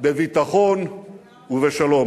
בביטחון ובשלום.